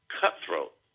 cutthroat